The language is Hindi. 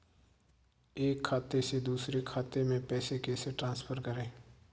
एक खाते से दूसरे खाते में पैसे कैसे ट्रांसफर करें?